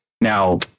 now